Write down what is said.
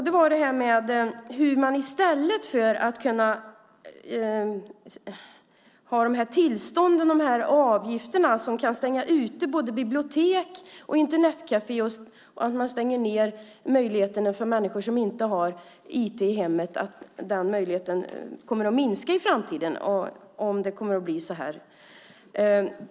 Den gällde om man skulle kunna ha ett filter i stället för de här tillstånden, de här avgifterna, som kan stänga ute både bibliotek och Internetkaféer och minska möjligheten för människor som inte har IT i hemmet - den möjligheten kommer att minska i framtiden om det kommer att bli så här.